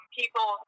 people